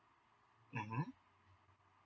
(uh huh)